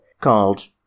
called